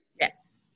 Yes